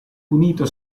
punito